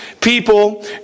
people